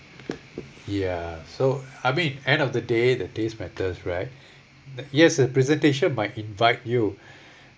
ya so I mean end of the day the taste matters right yes a presentation might invite you